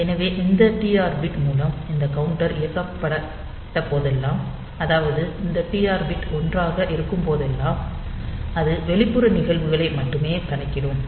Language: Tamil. எனவே இந்த டிஆர் பிட் மூலம் இந்த கவுண்டர் இயக்கப்பட்ட போதெல்லாம் அதாவது இந்த டிஆர் பிட் 1 ஆக இருக்கும்போதெல்லாம் அது வெளிப்புற நிகழ்வுகளை மட்டுமே கணக்கிடும்